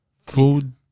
Food